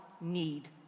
need